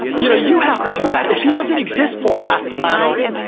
you know you have to do that. if he doesn't exist, paul castellano,